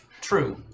True